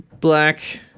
black